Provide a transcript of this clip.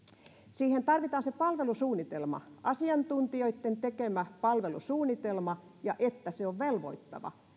siihen tarvitaan se palvelusuunnitelma asiantuntijoitten tekemä palvelusuunnitelma ja että se on velvoittava